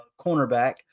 cornerback